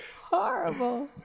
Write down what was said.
Horrible